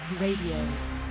Radio